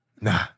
Nah